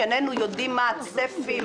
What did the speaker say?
שאיננו יודעים מה הצפי,